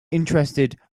interested